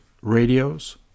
radios